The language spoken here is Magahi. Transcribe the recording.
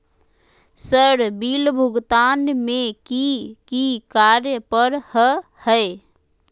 सर बिल भुगतान में की की कार्य पर हहै?